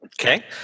okay